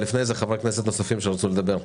לפני כן חברי כנסת נוספים שרצו לדבר.